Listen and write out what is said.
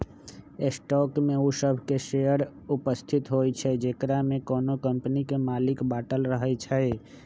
stock में उ सभ शेयर उपस्थित होइ छइ जेकरामे कोनो कम्पनी के मालिक बाटल रहै छइ